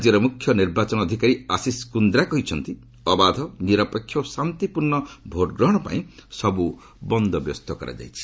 ରାଜ୍ୟର ମୁଖ୍ୟ ନିର୍ବାଚନ ଅଧିକାରୀ ଆଶିଶ କୁନ୍ଦ୍ରା କହିଛନ୍ତି ଅବାଧ ନିରପେକ୍ଷ ଓ ଶାନ୍ତିପୂର୍ଣ୍ଣ ଭୋଟ୍ ଗ୍ରହଣ ପାଇଁ ସବୁ ବନ୍ଦୋବ୍ୟସ୍ଥ କରାଯାଇଛି